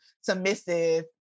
submissive